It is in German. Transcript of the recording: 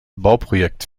bauprojekt